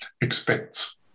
expects